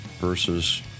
versus